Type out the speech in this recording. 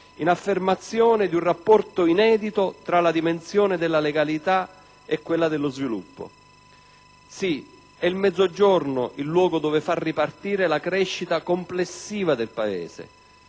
in affermazione, in rapporto inedito tra la dimensione della legalità e quella dello sviluppo. Sì, è il Mezzogiorno il luogo dove far ripartire la crescita complessiva del Paese;